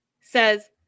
says